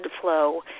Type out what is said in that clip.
flow